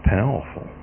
powerful